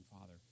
father